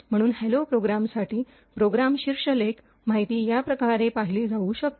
म्हणून हॅलो प्रोग्रामसाठी प्रोग्राम शीर्षलेख माहिती या प्रकारे पाहिली जाऊ शकते